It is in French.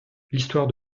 l’histoire